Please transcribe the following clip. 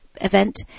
event